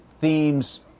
themes